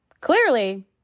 clearly